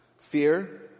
Fear